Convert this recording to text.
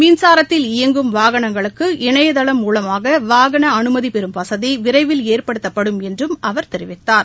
மின்சாரத்தில் இயங்கும் வாகனங்களுக்கு இணைதளம் மூலமாக வாகன அனுமதி பெறும் வசதி விரைவில் ஏற்படுத்தப்படும் என்றும் அவர் தெரிவித்தார்